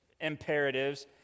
imperatives